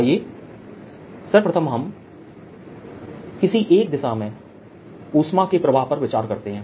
आइए सर्वप्रथम हम किसी एक दिशा में ऊष्मा के प्रवाह पर विचार करते हैं